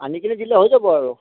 আনি কিনি দিলে হৈ যাব আৰু